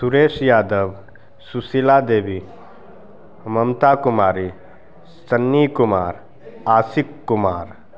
Suresh Yadav Sushila Debi Mamta Kumari Shanni Kumar Ashiq Kumar